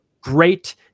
great